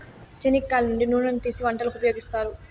చెనిక్కాయల నుంచి నూనెను తీసీ వంటలకు ఉపయోగిత్తారు